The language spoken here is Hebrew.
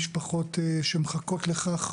יש משפחות שמחכות לכך.